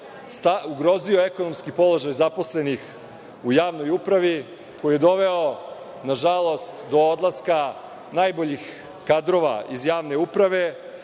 ugrozio ekonomski položaj zaposlenih u javnoj upravi, koji je doveo, nažalost, do odlaska najboljih kadrova iz javne uprave,